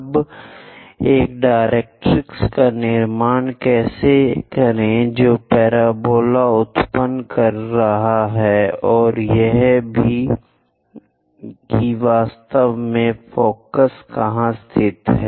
अब एक डायरेक्ट्रिक्स का निर्माण कैसे करें जो पैराबोला उत्पन्न कर रहा है और यह भी कि वास्तव में फोकस कहाँ स्थित है